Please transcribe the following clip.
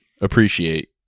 appreciate